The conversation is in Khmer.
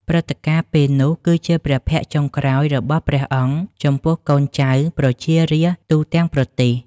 ព្រឹត្តិការណ៍ពេលនោះ គឺជាព្រះភ័ក្ត្រចុងក្រោយរបស់ព្រះអង្គចំពោះកូនចៅ ប្រជារាស្ត្រទូទាំងប្រទេស។